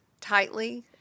tightly